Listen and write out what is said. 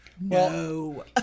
No